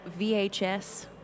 VHS